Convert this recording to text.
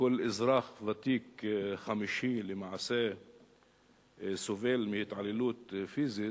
כל אזרח ותיק חמישי למעשה סובל מהתעללות פיזית,